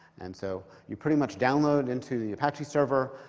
and so you pretty much download into the apache server,